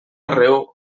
arreu